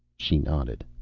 she nodded.